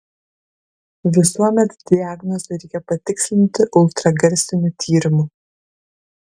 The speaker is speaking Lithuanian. visuomet diagnozę reikia patikslinti ultragarsiniu tyrimu